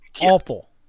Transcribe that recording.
Awful